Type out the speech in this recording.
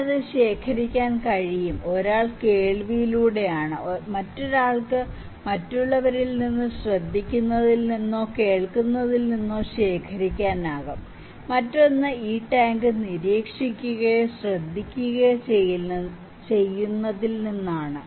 അവന് അത് ശേഖരിക്കാൻ കഴിയും ഒരാൾ കേൾവിയിലൂടെയാണ് മറ്റൊരാൾക്ക് മറ്റുള്ളവരിൽ നിന്ന് ശ്രദ്ധിക്കുന്നതിൽ നിന്നോ കേൾക്കുന്നതിൽ നിന്നോ ശേഖരിക്കാനാകും മറ്റൊന്ന് ഈ ടാങ്ക് നിരീക്ഷിക്കുകയോ ശ്രദ്ധിക്കുകയോ ചെയ്യുന്നതിൽ നിന്നാണ്